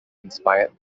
inspired